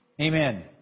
Amen